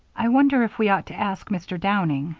i wonder if we ought to ask mr. downing?